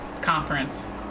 conference